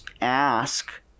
ask